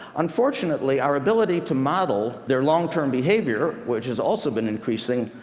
unfortunately, our ability to model their long-term behavior, which has also been increasing,